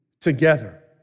together